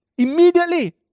Immediately